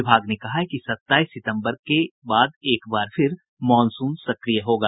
विभाग ने कहा है कि सत्ताईस सितंबर के बाद एक बार फिर मॉनसून सक्रिय होगा